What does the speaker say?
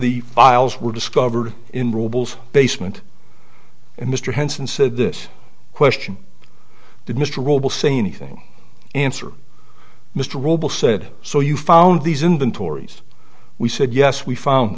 the files were discovered in robles basement and mr henson said this question did mr robel say anything answer mr robel said so you found these inventories we said yes we found